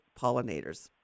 pollinators